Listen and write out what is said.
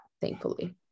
thankfully